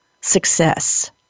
success